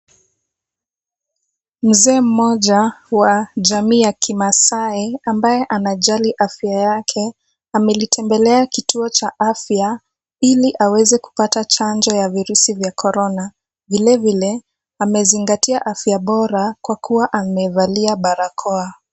Mzee mmoja wa jamii ya kimaasai ambaye anajali afya yake, amelitembelea kituo cha afya ili aweze kupata chanjo ya virusi vya korona. Vile vile amezingatia afya bora kwa kuwa amevalia barakoa.